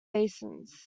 basins